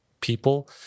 people